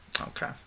Okay